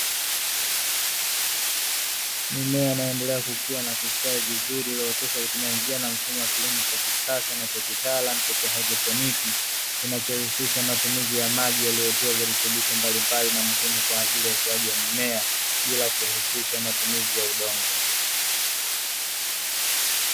Mimea inayoendelea kukua na kustawi vizuri iliyooteshwa kwa kutumia njia na mfumo wa kilimo cha kisasa na cha kitaalamu cha kihaidropni, kinachohusisha matumizi ya maji yaliyotiwa virutubisho mbalimbali na muhimu kwa ajili ya ukuuaji wa mimea, bila kuhusisha matumizi ya udongo.